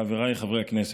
חבריי חברי הכנסת,